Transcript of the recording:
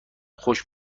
خوش